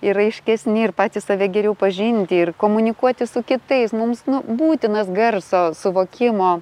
ir raiškesni ir patys save geriau pažinti ir komunikuoti su kitais mums būtinas garso suvokimo